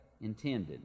intended